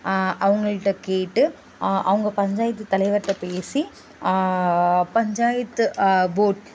அவங்கள்ட்ட கேட்டு அவங்க பஞ்சாயத்து தலைவர்ட்டே பேசி பஞ்சாயத்து போர்ட்